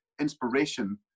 inspiration